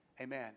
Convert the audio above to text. amen